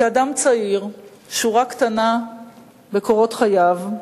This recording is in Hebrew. כאדם צעיר, שורה קטנה בקורות חייו,